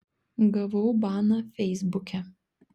gavau baną feisbuke